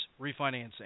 refinancing